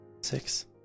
six